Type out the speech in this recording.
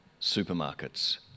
supermarkets